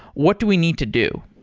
what do we need to do?